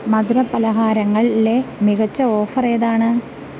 മധുരപലഹാരങ്ങളിലെ മികച്ച ഓഫറേതാണ്